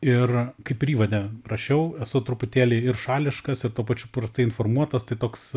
ir kaip ir įvade parašiau esu truputėlį ir šališkas ir tuo pačiu prastai informuotas tai toks